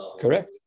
Correct